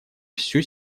всю